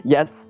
Yes